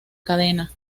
cadena